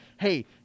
hey